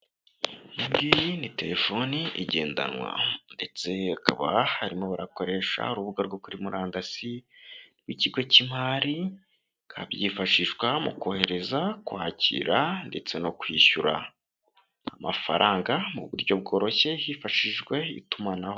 Iyi ngiyi ni telefoni igendanwa ndetse akaba harimo barakoresha urubuga rwo kuri murandasi rw'ikigo cy'imari, bikaba byifashishwa mu kohereza, kwakira ndetse no kwishyura amafaranga mu buryo bworoshye hifashishijwe itumanaho.